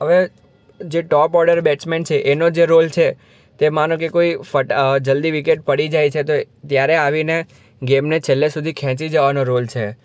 હવે જે top order batsman છે એનો જે રોલ છે કે માનો કે કોઈ ફટા જલ્દી વિકેટ પડી જાય છે તો ત્યારે આવીને ગેમને છેલ્લે સુધી ખેંચી જવાનો રોલ છે